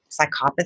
psychopathy